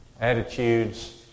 attitudes